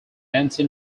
nancy